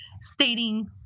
stating